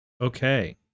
Okay